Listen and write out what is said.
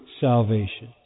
salvation